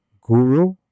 Guru